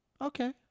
Okay